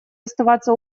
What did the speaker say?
оставаться